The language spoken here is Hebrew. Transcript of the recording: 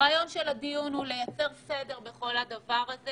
הרעיון של הדיון הוא לייצר סדר בכל הדבר הזה